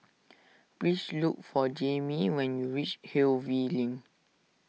please look for Jaimee when you reach Hillview Link